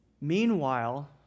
Meanwhile